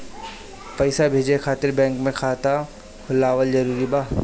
पईसा भेजे खातिर बैंक मे खाता खुलवाअल जरूरी बा?